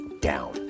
down